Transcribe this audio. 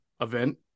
event